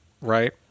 Right